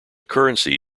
currency